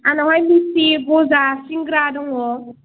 आंनावहाय मिस्टि गजा सिंग्रा दङ